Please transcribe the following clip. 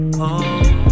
home